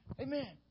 Amen